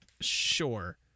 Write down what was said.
Sure